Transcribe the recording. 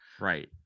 Right